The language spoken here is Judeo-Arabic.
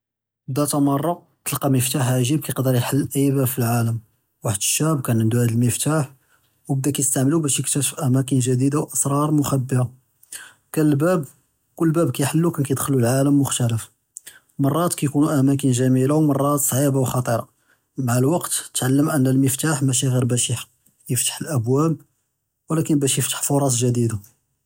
זאת מרה תלכא מפתח עג’יב ייכול יחל איי בבב פעלעעלם. ואחד שאב כאן ענדו האד אלמפתח ובדה כאיסטעמעלו באש יקטשף אמאקין ג’דידה ואסראר מחביה. כאן אלבב קול בבב כאייל’לו, כאן כאיידח’לו לאעלם מוכתלעף. מרת כאיקום אמאקין ג’מילה ומרת סעיבה וכח’טירה. מעאל אלוקת תעלם אנו אלמפתח מאשי גור באש יפתח אלאבואב ולקין באש יפתח פורص ג’דידה.